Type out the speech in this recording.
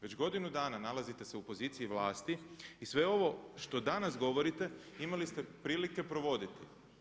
Već godinu dana nalazite se u poziciji vlasti i sve ovo što danas govorite imali ste prilike provoditi.